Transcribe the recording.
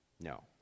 No